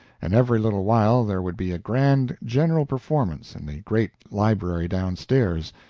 and every little while there would be a grand general performance in the great library downstairs,